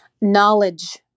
Knowledge